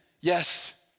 yes